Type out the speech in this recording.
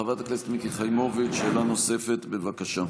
חברת הכנסת מיקי חיימוביץ', שאלה נוספת, בבקשה.